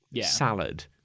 salad